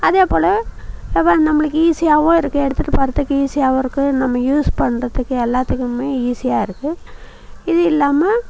அதேபோல் இப்போ நம்மளுக்கு ஈசியாகவும் இருக்கு எடுத்துட்டு போறதுக்கு ஈசியாகவும் இருக்கு நம்ம யூஸ் பண்ணறதுக்கு எல்லாத்துக்குமே ஈசியாக இருக்கு இது இல்லாமல்